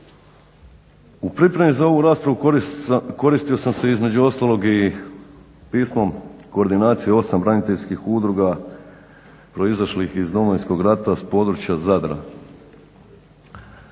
U pripremi za ovu raspravu koristio sam se, između ostalog i pismom Koordinacije 8 braniteljskih udruga proizašlih iz domovinskog rata s područja Zadra.